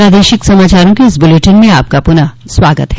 प्रादेशिक समाचारों के इस बुलेटिन में आपका फिर से स्वागत है